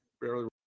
barely